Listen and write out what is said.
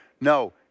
No